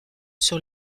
sur